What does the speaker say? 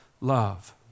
love